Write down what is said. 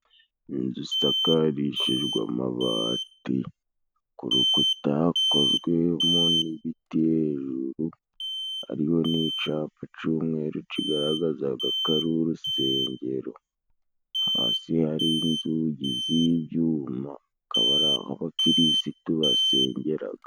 Inzu isakarishijwe amabati, ku rukuta hakozwemo n'ibiti, hejuru hariho n'icapa c'umweru cigaragazaga ko ari urusengero, hasi hari inzugi z'ibyuma akaba araho abakirisitu basengeraga.